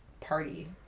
party